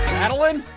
matalin.